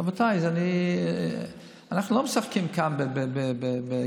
רבותיי, אנחנו לא משחקים כאן בכאילו.